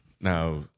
Now-